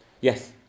Yes